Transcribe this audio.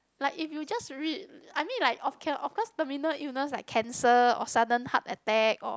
like if you just read I mean like okay of course terminal illness like cancer or sudden heart attack or